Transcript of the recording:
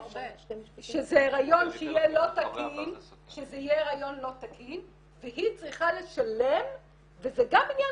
שזה הריון שיהיה לא תקין והיא צריכה לשלם וזה גם עניין